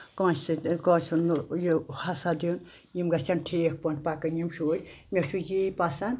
کٲنٛسہِ سۭتۍ کٲنٛسہِ ہُنٛد نہٕ یہِ حسد یُن یِم گژھن ٹھیٖک پٲٹھۍ پَکٕنۍ یِم شُرۍ مےٚ چھُ یہِ پَسنٛد